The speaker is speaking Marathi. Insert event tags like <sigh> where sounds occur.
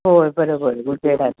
होय बरोबर <unintelligible>